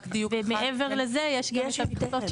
ומעבר לזה, יש החלטות.